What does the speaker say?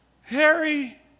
Harry